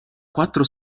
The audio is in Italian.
quattro